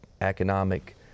economic